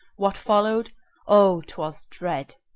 what followed o twas dread!